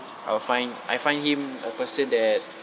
I'll find I find him a person that